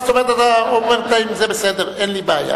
אתה אומר, אם זה בסדר, אין לי בעיה.